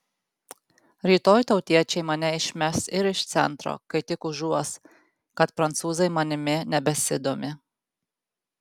rytoj tautiečiai mane išmes ir iš centro kai tik užuos kad prancūzai manimi nebesidomi